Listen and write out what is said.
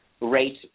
rate